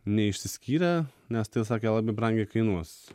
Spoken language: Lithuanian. neišsiskyrę nes tai sakė labai brangiai kainuos